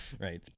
Right